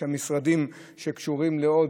והמשרדים שקשורים לעוד,